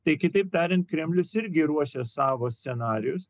tai kitaip tariant kremlius irgi ruošia savo scenarijus